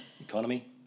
Economy